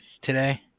today